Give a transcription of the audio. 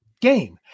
game